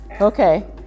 Okay